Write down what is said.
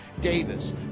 Davis